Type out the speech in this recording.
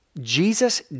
Jesus